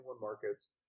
markets